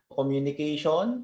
Communication